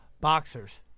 boxers